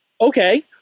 Okay